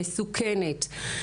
מסוכנת,